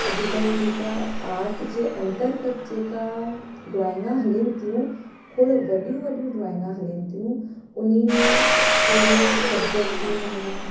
अॼुकल्ह जेका आर्ट जे अंतरगत जेका ड्रॉइंगा हलनि थियूं खोड़ वॾियूं वॾियूं ड्रॉइंगा हलनि थियूं उन में कहिड़ो सब्जेक्ट ॾींदासीं